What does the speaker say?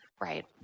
right